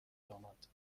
داماد